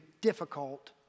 difficult